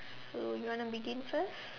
so you want to begin first